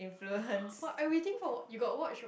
what I will think for you got watch